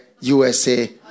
USA